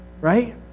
Right